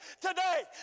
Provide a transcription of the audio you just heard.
today